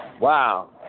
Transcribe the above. wow